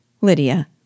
Lydia